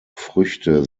früchte